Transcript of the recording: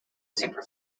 super